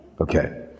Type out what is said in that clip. Okay